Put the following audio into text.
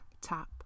tap